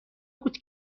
بود